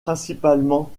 principalement